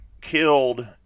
killed